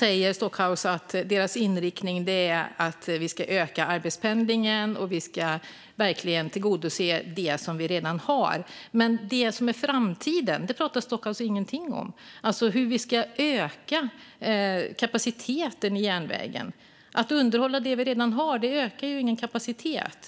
Maria Stockhaus säger att deras inriktning är att öka arbetspendlingen och verkligen utnyttja det som redan finns, men framtiden pratar Stockhaus ingenting om. Hur ska vi öka kapaciteten i järnvägen? Att underhålla det vi redan har ökar ju ingen kapacitet.